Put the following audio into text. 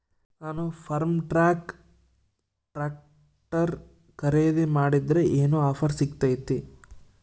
ನಾನು Farmtrac tractor ಖರೇದಿ ಮಾಡಿದ್ರೆ ಏನು ಆಫರ್ ಸಿಗ್ತೈತಿ?